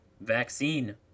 vaccine